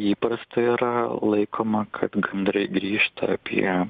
įprastai yra laikoma kad gandrai grįžta apie